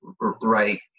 right